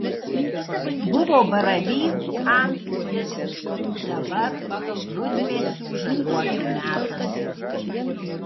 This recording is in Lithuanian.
buvo baravykų antplūdis dabar rudmėsių žaliuokių metas